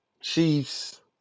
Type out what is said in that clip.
Chiefs –